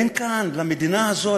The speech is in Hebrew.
אין כאן למדינה הזו,